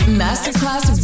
masterclass